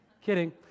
kidding